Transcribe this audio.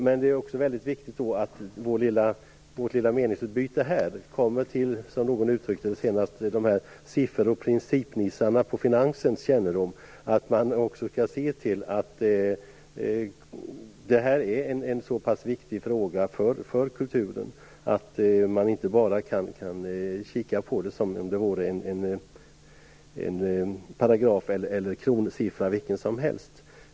Men det är också mycket viktigt att vårt lilla meningsutbyte blir känt hos - som någon uttryckte det - siffer och principnissarna på Finansdepartementet och att man ser att den här frågan är så pass viktig för kulturen att man inte bara kan kika på den som om den vore en paragraf eller siffra vilken som helst.